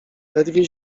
ledwie